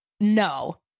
no